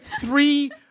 three